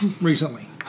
recently